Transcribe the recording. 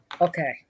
Okay